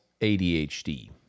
ADHD